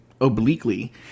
obliquely